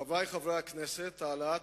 חברי חברי הכנסת, הגדלת